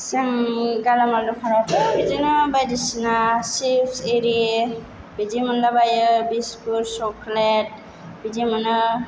जों गालामाल दखानावथ' बिदिनो बायदिसिना सिफ्स इरि बिदि मोनला बाइयो बिसकुट सक्लेट बिदि मोनो